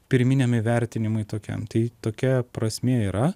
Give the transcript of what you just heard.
pirminiam įvertinimui tokiam tai tokia prasmė yra